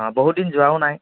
অঁ বহুত দিন যোৱাও নাই